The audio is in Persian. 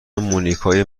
مونیکای